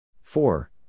Four